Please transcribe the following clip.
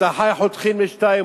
את החי חותכים לשניים,